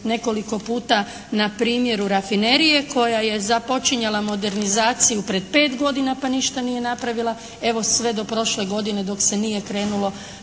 nekoliko puta na primjeru rafinerije koja je započinjala modernizaciju pred pet godina pa ništa nije napravila, evo sve do prošle godine dok se nije krenulo